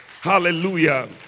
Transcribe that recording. Hallelujah